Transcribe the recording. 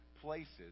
places